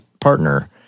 partner